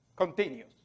Continues